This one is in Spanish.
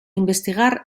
investigar